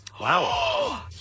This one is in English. Wow